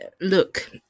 look